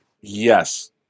Yes